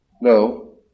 No